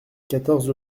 quatorze